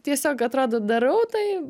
tiesiog atrodo darau tai